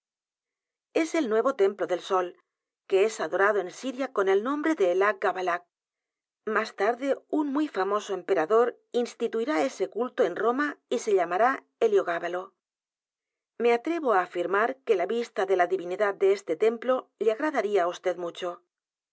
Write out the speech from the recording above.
es el nuevo templo del sol que es adorado en siria con el nombre de elah gabalah más tarde un muy famoso emperador instituirá este culto en roma y se llamará heliogábalo me atrevo á afirmar que la vista de la divinidad de este templo le agradaría á vd mucho